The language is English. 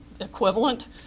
equivalent